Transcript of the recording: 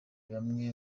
bamwe